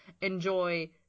enjoy